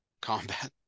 Combat